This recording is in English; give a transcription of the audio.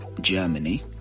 germany